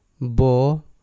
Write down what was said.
Bo